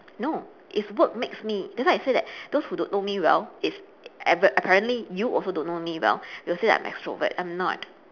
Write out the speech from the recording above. no it's work makes me that's why I say that those who don't know me well if appa~ apparently you also don't know me well will say that I'm extrovert but I'm not